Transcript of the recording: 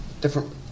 different